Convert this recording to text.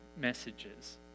messages